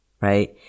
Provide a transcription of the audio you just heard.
right